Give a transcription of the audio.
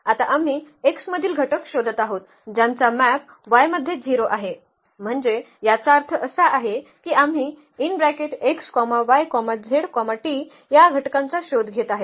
आता आम्ही x मधील घटक शोधत आहोत ज्यांचा मॅप y मध्ये 0 आहे म्हणजे याचा अर्थ असा आहे की आम्ही या घटकांचा शोध घेत आहोत